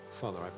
Father